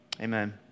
Amen